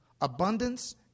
abundance